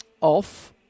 off